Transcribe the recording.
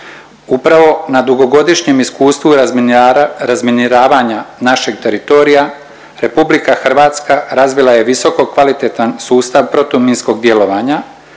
Upravo na dugogodišnjem iskustvu razminiravanja našeg teritorija RH razvija je visoko kvalitetan sustav protuminskog djelovanja